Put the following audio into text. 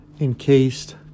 encased